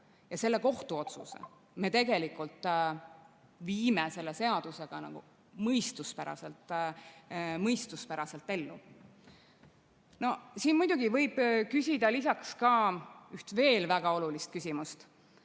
ja selle kohtuotsuse me tegelikult viime selle seadusega mõistuspäraselt ellu. No siin muidugi võib küsida ka ühe veel väga olulise küsimuse.